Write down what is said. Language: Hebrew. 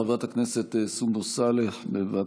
חברת הכנסת סונדוס סאלח, בבקשה.